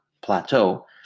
plateau